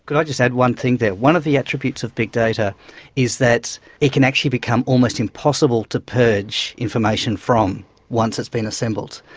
could i just add one thing there? one of the attributes of big data is that it can actually become almost impossible to purge information from once it has been assembled.